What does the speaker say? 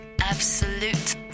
Absolute